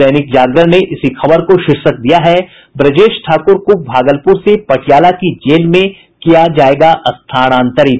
दैनिक जागरण ने इसी खबर को शीर्षक दिया है ब्रजेश ठाकुर को भागलपुर से पटियाला की जेल में किया जायेगा स्थानांतरित